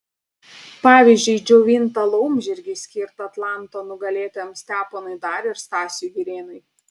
pavyzdžiui džiovintą laumžirgį skirtą atlanto nugalėtojams steponui dariui ir stasiui girėnui